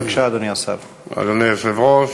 בבקשה, אדוני השר.